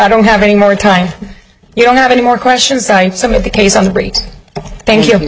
don't have any more time you don't have any more questions some of the case on the great thank you